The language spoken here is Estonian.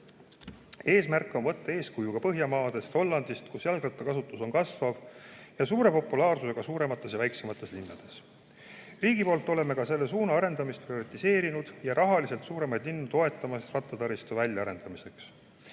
Eesmärk on võtta eeskuju Põhjamaadest ja Hollandist, kus jalgrattakasutus on kasvav ja suure populaarsusega nii suuremates kui ka väiksemates linnades. Riigi poolt oleme ka selle suuna arendamist prioriseerinud ja rahaliselt toetanud suuremaid linnu rattataristu väljaarendamiseks.